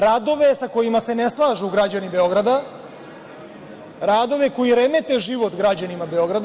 Radove sa kojima se ne slažu građani Beograda, radovi koji remete život građanima Beograda.